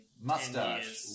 Mustache